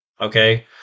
Okay